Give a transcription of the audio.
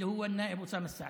כמעט 150,000 אנשים.